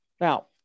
Now